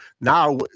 now